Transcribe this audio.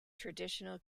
traditional